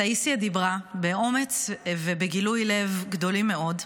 טאיסיה דיברה באומץ ובגילוי לב גדולים מאוד,